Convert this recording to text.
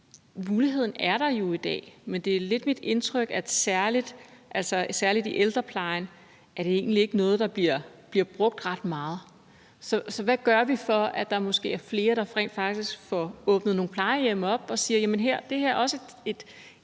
Muligheden er der jo i dag, men det er lidt mit indtryk, at særlig i ældreplejen er det egentlig ikke noget, der bliver brugt ret meget. Så hvad gør vi, for at der måske er flere plejehjem, der rent faktisk åbner op og siger: Jamen det her er også et